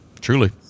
truly